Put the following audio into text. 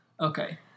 Okay